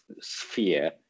sphere